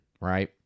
right